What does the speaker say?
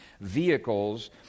vehicles